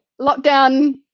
lockdown